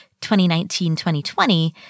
2019-2020